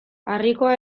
harrikoa